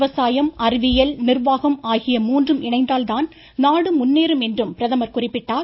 விவசாயம் அறிவியல் நிர்வாகம் ஆகிய மூன்றும் இணைந்தால் தான் நாடு முன்னேறும் என்று பிரதமர் குறிப்பிட்டார்